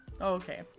Okay